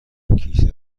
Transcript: کیسه